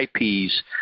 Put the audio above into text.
IPs